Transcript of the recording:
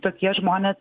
tokie žmonės